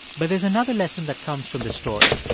but there's another lesson that comes from the story.